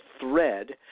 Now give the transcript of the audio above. thread